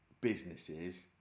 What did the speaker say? businesses